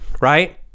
Right